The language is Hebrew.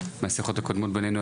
מהשיחות הקודמות ביננו,